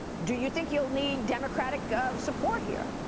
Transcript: do you think he'll need democratic support here?